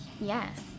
Yes